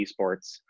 esports